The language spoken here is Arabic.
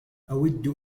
أود